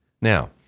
Now